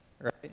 right